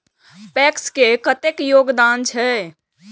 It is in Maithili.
पैक्स के कतेक योगदान छै?